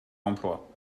emploi